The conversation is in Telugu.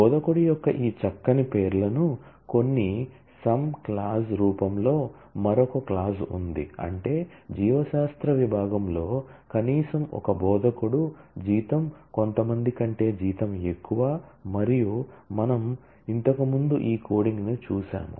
బోధకుడి యొక్క ఈ చక్కని పేర్లను సమ్ క్లాజ్ రూపంలో మరొక క్లాజ్ ఉంది అంటే జీవశాస్త్ర విభాగంలో కనీసం ఒక బోధకుడు జీతం కొంతమంది కంటే జీతం ఎక్కువ మరియు మనము ఇంతకుముందు ఈ కోడింగ్ను చూశాము